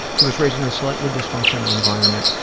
he was raised in a slightly dysfunctional environment,